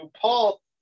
Paul